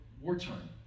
wartime